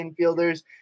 infielders